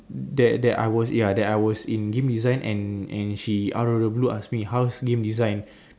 that that I was ya that I was in game design and and she out of the blue ask me how's game design